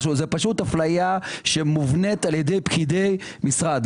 זו אפליה שמובנית על-ידי פקידי משרד.